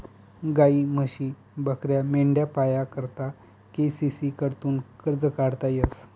गायी, म्हशी, बकऱ्या, मेंढ्या पाया करता के.सी.सी कडथून कर्ज काढता येस